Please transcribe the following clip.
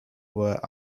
were